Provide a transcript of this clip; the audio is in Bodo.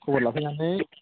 खबर लाफैनानै